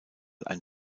ein